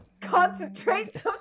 concentrate